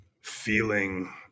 feeling